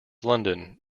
london